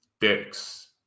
dicks